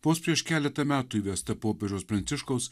vos prieš keletą metų įvesta popiežiaus pranciškaus